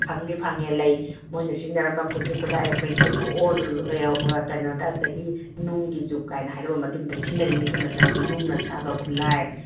ꯐꯪꯉꯦ ꯐꯪꯉꯦ ꯂꯩ ꯃꯣꯏꯅ ꯁꯤꯖꯤꯟꯅꯔꯝꯕ ꯈꯨꯠꯁꯨ ꯈꯨꯠꯂꯥꯏ ꯑꯩꯈꯣꯏꯒꯤ ꯑꯣꯜ ꯀꯩꯅꯣꯗ ꯆꯍꯤ ꯅꯨꯡꯒꯤ ꯖꯨꯛ ꯀꯥꯏꯅ ꯍꯥꯏꯅꯕ ꯃꯗꯨ ꯃꯇꯝꯗ ꯁꯤꯖꯤꯅꯔꯤꯉꯩꯒꯤ ꯃꯇꯝꯒꯤ ꯅꯨꯡꯅ ꯁꯥꯕ ꯈꯨꯠꯂꯥꯏ